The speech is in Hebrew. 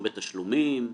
בתשלומים.